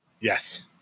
Yes